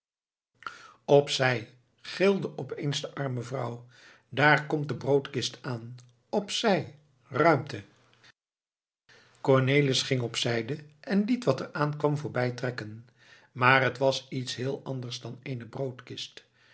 gilde opeens de arme vrouw daar komt de broodkist aan op zij ruimte cornelis ging op zijde en liet wat er aankwam voorbij trekken maar het was heel iets anders dan eene broodkist